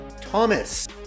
Thomas